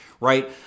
right